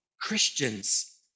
Christians